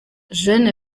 jeune